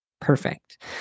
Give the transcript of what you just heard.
perfect